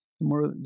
more